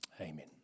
Amen